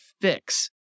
fix